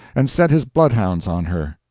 and set his bloodhounds on her.